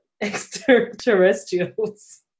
extraterrestrials